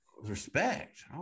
Respect